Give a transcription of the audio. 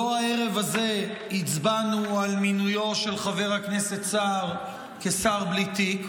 לא הצבענו הערב הזה על מינויו של חבר הכנסת סער כשר בלי תיק,